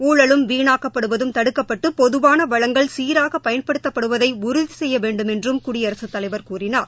ஊழலும் வீனாக்கப்படுவதும் தடுக்கப்பட்டு பொதுவான வளங்கள் சீராக பயன்படுத்தப்படுவதை உறுதி செய்ய வேண்டும் என்றும் குடியரசுத் தலைவர் கூறினார்